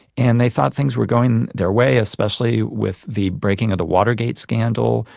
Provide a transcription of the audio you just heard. and they thought things were going their way, especially with the breaking of the watergate scandal,